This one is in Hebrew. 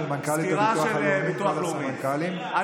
מנכ"לית הביטוח הלאומי וכל הסמנכ"לים,